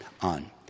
on